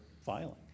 filing